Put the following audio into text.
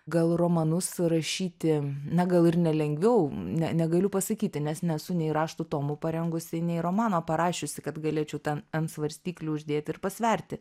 gal romanus rašyti na gal ir nelengviau ne negaliu pasakyti nes nesu nei raštų tomų parengusi nei romano parašiusi kad galėčiau ten an svarstyklių uždėti ir pasverti